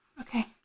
Okay